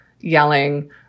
yelling